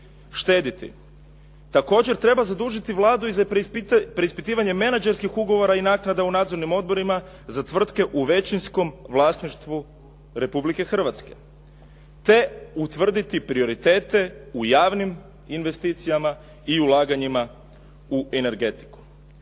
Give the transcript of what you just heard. štediti. Također treba zadužiti Vladu i za preispitivanje menadžerskih ugovora i naknada u nadzornim odborima za tvrtke u većinskom vlasništvu Republike Hrvatske te utvrditi prioritete u javnim investicijama i ulaganjima u energetiku.